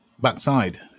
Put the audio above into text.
backside